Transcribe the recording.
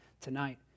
tonight